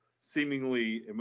seemingly